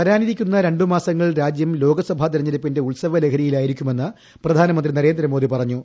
വരാനിരിക്കുന്ന രണ്ട് മാസങ്ങൾ രാജ്യം ലോകസഭാ തെരഞ്ഞെടുപ്പിന്റെ ഉത്സവലഹരിയിലായിരിക്കുമെന്ന് പ്രധാനമന്ത്രി നരേന്ദ്രമോദി പറഞ്ഞു